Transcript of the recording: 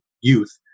youth